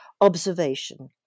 observation